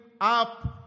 up